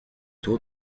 tour